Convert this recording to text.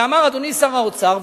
אדוני שר האוצר,